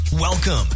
Welcome